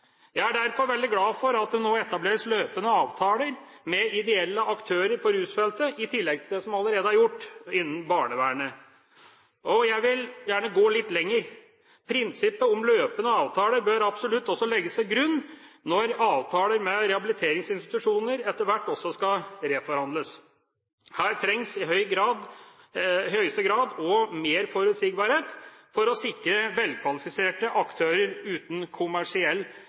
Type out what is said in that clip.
Jeg er derfor veldig glad for at det nå etableres løpende avtaler med ideelle aktører på rusfeltet i tillegg til det som allerede er gjort innen barnevernet. Jeg vil gjerne gå litt lenger. Prinsippet om løpende avtaler bør absolutt også legges til grunn når avtaler med rehabiliteringsinstitusjoner etter hvert skal reforhandles. Her trengs i høyeste grad også mer forutsigbarhet for å sikre velkvalifiserte aktører uten kommersiell